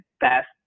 best